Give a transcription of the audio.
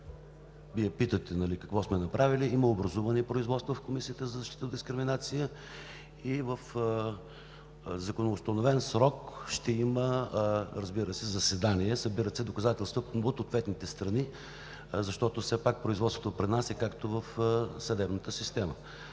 Вие питате какво сме направили – има образувани производства в Комисията за защита от дискриминация, и в законоустановен срок ще има заседание. Събират се доказателства от ответните страни, защото все пак производството при нас е както в съдебната система.